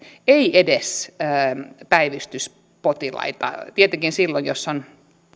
ei ole edes päivystyspotilaan kohdalla tietenkään silloin jos on